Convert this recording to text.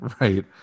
right